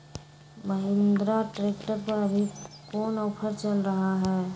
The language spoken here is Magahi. महिंद्रा ट्रैक्टर पर अभी कोन ऑफर चल रहा है?